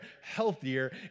healthier